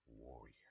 warrior